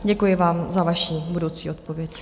Děkuji vám za vaši budoucí odpověď.